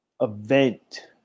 event